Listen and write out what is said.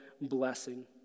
blessing